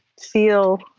feel